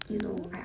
hmm